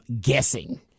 guessing